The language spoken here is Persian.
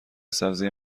سبزی